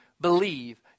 believe